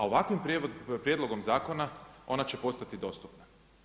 A ovakvim prijedlogom zakona ona će postati dostupna.